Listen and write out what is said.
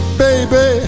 baby